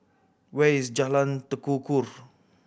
where is Jalan Tekukor